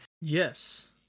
yes